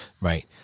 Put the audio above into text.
Right